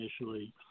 initially